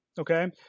Okay